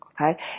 okay